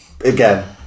Again